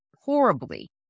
horribly